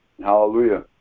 Hallelujah